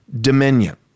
dominion